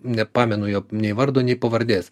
nepamenu jo nei vardo nei pavardės